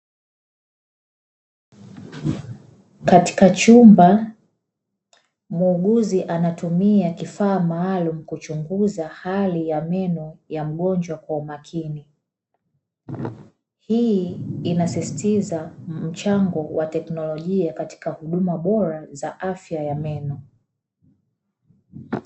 Katika chumba muuguzi anatumia kifaa maalumu kuchunguza hali ya meno ya mgonjwa kwa umakini. Hii inasistiza mchango wa kiteknolojia katika huduma bora za afya ya meno.